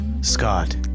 Scott